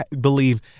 believe